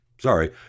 Sorry